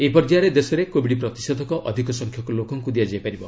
ଏହି ପର୍ଯ୍ୟାୟରେ ଦେଶରେ କୋବିଡ୍ ପ୍ରତିଷେଧକ ଅଧିକ ସଂଖ୍ୟକ ଲୋକଙ୍କୁ ଦିଆଯାଇ ପାରିବ